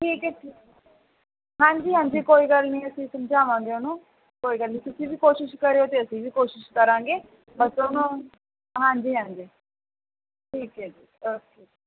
ਠੀਕ ਹੈ ਜੀ ਹਾਂਜੀ ਹਾਂਜੀ ਕੋਈ ਗੱਲ ਨਹੀਂ ਅਸੀਂ ਸਮਝਾਵਾਂਗੇ ਉਹਨੂੰ ਕੋਈ ਗੱਲ ਨਹੀਂ ਤੁਸੀਂ ਵੀ ਕੋਸ਼ਿਸ਼ ਕਰਿਓ ਅਤੇ ਅਸੀਂ ਵੀ ਕੋਸ਼ਿਸ਼ ਕਰਾਂਗੇ ਬਸ ਉਹਨੂੰ ਹਾਂਜੀ ਹਾਂਜੀ ਠੀਕ ਹੈ ਜੀ ਓਕੇ ਜੀ